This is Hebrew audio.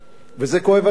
וכואב הלב,